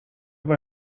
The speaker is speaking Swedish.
vår